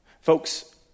Folks